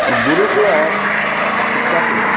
ଗୁରୁକୂଳ ଶିକ୍ଷା ଥିଲା